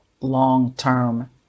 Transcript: long-term